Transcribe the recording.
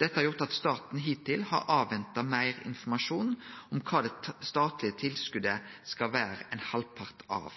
Dette har gjort at staten hittil har venta på meir informasjon om kva det statlege tilskotet skal vere ein halvpart av.